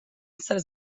essere